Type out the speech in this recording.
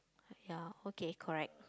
ya okay correct